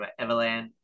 Everland